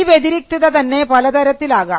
ഈ വ്യതിരിക്തത തന്നെ പലതരത്തിൽ ആകാം